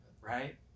Right